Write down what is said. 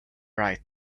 right